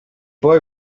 boy